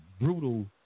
brutal